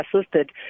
assisted